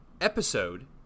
episode